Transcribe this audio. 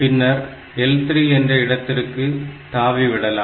பின்னர் L3 என்ற இடத்திற்கு தாவி விடலாம்